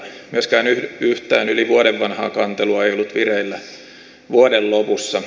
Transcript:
myöskään yhtään yli vuoden vanhaa kantelua ei ollut vireillä vuoden lopussa